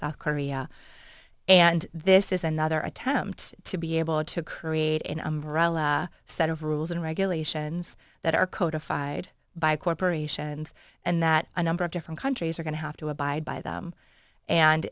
south korea and this is another attempt to be able to create an umbrella set of rules and regulations that are codify by corporations and that a number of different countries are going to have to abide by them and